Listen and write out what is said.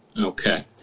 Okay